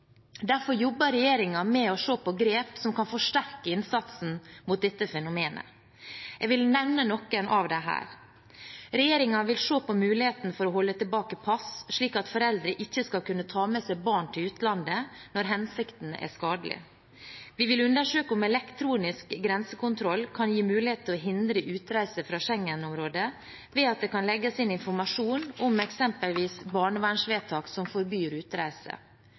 Derfor jobber regjeringen med å se på grep som kan forsterke innsatsen mot dette fenomenet. Jeg vil nevne noen av dem her. Regjeringen vil se på muligheten til å holde tilbake pass, slik at foreldre ikke skal kunne ta med seg barn til utlandet når hensikten er skadelig. Vi vil undersøke om elektronisk grensekontroll kan gi mulighet til å hindre utreise fra Schengen-området ved at det kan legges inn informasjon om eksempelvis barnevernsvedtak som forbyr utreise.